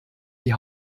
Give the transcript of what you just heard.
die